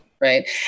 Right